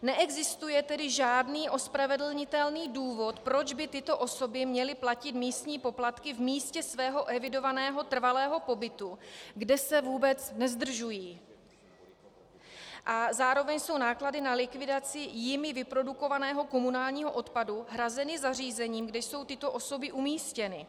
Neexistuje tedy žádný ospravedlnitelný důvod, proč by tyto osoby měly platit místní poplatky v místě svého evidovaného trvalého pobytu, kde se vůbec nezdržují, a zároveň jsou náklady na likvidaci jimi vyprodukovaného komunálního odpadu hrazeny zařízením, kde jsou tyto osoby umístěny.